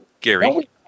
Gary